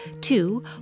Two